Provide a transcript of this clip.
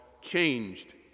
changed